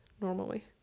normally